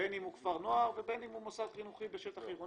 בין אם הוא כפר נוער ובין אם הוא מוסד חינוכי בשטח עירוני.